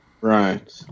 Right